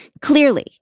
Clearly